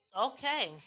Okay